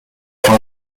for